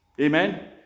Amen